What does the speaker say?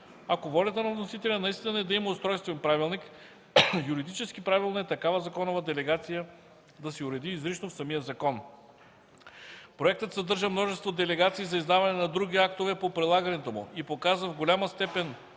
Ако волята на вносителя наистина е да има устройствен правилник, юридически правилно е такава законова делегация да се уреди изрично в самия закон. Проектът съдържа множество делегации за издаване на други актове по прилагането му и показва в голяма степен